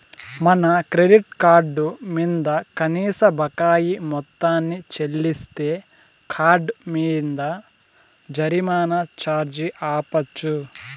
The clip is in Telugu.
మన క్రెడిట్ కార్డు మింద కనీస బకాయి మొత్తాన్ని చెల్లిస్తే కార్డ్ మింద జరిమానా ఛార్జీ ఆపచ్చు